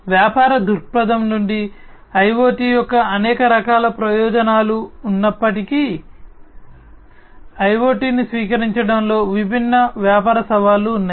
వ్యాపార దృక్పథం నుండి IoT యొక్క అనేక రకాల ప్రయోజనాలు ఉన్నప్పటికీ IoT ను స్వీకరించడంలో విభిన్న వ్యాపార సవాళ్లు ఉన్నాయి